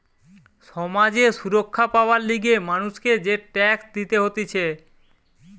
সমাজ এ সুরক্ষা পাবার লিগে মানুষকে যে ট্যাক্স দিতে হতিছে